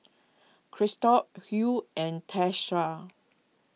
Christop Huey and Tiesha